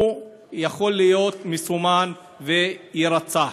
יכול להיות מסומן, ויירצח.